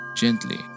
Gently